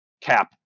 cap